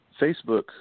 Facebook